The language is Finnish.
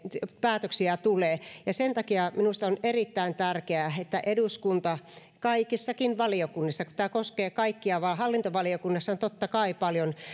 päätöksiä tulee sen takia minusta on erittäin tärkeää ja toivoisin että eduskunnan kaikissa valiokunnissa koska tämä koskee kaikkia hallintovaliokunnassa on totta kai paljon